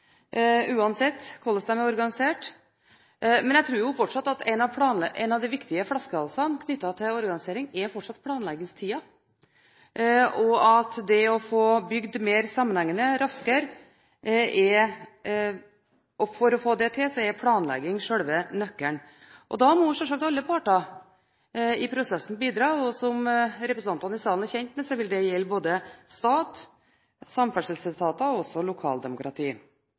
uansett hvordan de er organisert. Men jeg tror fortsatt at en av de viktigste flaskehalsene knyttet til organisering er planleggingstiden. For å få bygd mer sammenhengende og raskere, er planlegging selve nøkkelen, og da må selvsagt alle parter i prosessen bidra. Som representantene i salen er kjent med, vil det gjelde både stat, samferdselsetater og lokaldemokrati. Dokument 8-forslaget handler i stor grad om OPS. Jeg er ikke dogmatisk på OPS. Jeg skulle ønske Høyre også